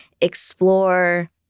explore